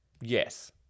Yes